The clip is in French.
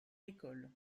l’école